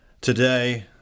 today